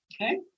Okay